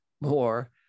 more